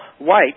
white